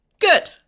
Good